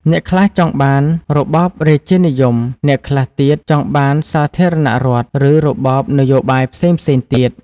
អ្នកខ្លះចង់បានរបបរាជានិយម អ្នកខ្លះទៀតចង់បានសាធារណរដ្ឋ ឬរបបនយោបាយផ្សេងៗទៀត។